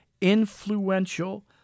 influential